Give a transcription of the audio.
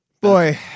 Boy